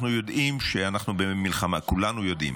אנחנו יודעים שאנחנו במלחמה, כולנו יודעים,